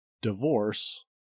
divorce